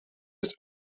his